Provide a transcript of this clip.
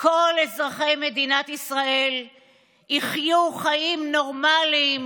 כל אזרחי מדינת ישראל יחיו חיים נורמליים,